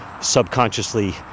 subconsciously